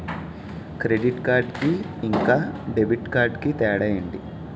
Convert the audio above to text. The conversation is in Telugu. క్రెడిట్ కార్డ్ కి ఇంకా డెబిట్ కార్డ్ కి తేడా ఏంటి?